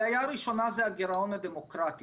הבעיה הראשונה זה הגירעון הדמוקרטי,